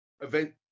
event